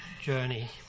journey